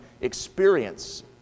experience